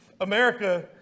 America